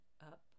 up